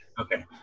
Okay